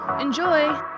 Enjoy